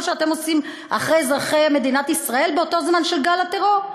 שאתם עושים אחרי אזרחי מדינת ישראל באותו זמן של גל הטרור?